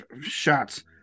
shots